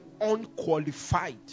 unqualified